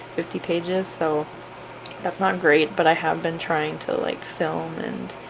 fifty pages so that's not great but i have been trying to like film and